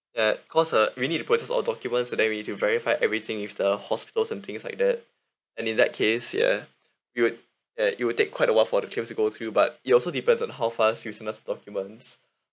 at cause uh we need a process or documents so then we need to verify everything with the hospitals and things like that and in that case ya it'll at~ it'll take quite awhile for the claims to go through but it also depends on the how fast you send us documents